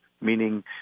meaning